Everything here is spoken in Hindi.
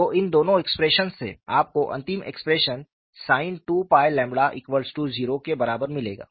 तो इन दोनों एक्सप्रेशंस से आपको अंतिम एक्सप्रेशन sin 2 𝝅 ƛ 0 के बराबर मिलेगा